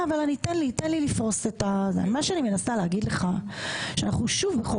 אני מנסה להגיד לך שאנחנו שוב בחוק